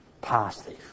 positive